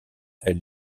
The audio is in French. elle